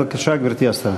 בבקשה, גברתי השרה.